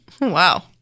Wow